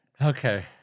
Okay